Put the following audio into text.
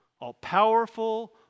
All-powerful